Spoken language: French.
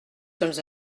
sommes